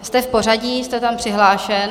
Jste v pořadí, jste tam přihlášen.